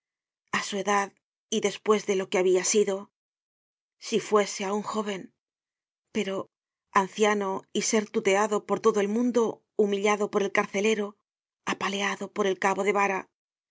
a su edad y despues de lo que habia sido si fuese aun jóven pero anciano y ser tuteado por todo el mundo humillado por el carcelero apaleado por el cabo de vara